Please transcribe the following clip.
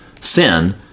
sin